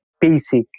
basic